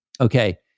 Okay